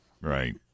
Right